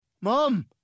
Mom